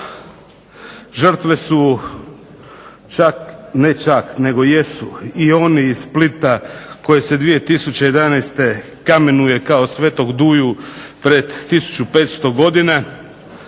Žrtve su čak, ne čak nego jesu i oni iz Splita koje se 2011. kamenuje kao svetog Duju pred 1500 godina